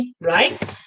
right